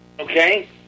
Okay